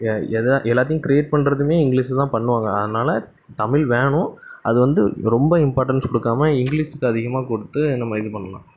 எ எதை எல்லாத்தையும் கிரேட் பண்ணுறதுமே இங்கிலிஷில்தான் பண்ணுவாங்க அதனால் தமிழ் வேணும் அது வந்து ரொம்ப இம்பார்டென்ஸ் கொடுக்காம இங்கிலிஸ்க்கு அதிகமாக கொடுத்து நம்ம இது பண்ணலாம்